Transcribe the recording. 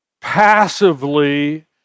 passively